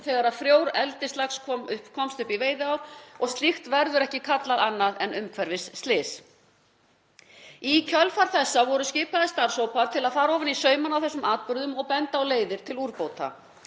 þegar frjór eldislax komst upp í veiðiár. Slíkt verður ekki kallað annað en umhverfisslys. Í kjölfar þessa voru skipaðir starfshópar til að fara ofan í saumana á þessum atburðum og benda á leiðir til úrbóta.